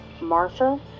Martha